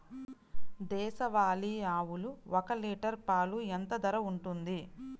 దేశవాలి ఆవులు ఒక్క లీటర్ పాలు ఎంత ధర ఉంటుంది?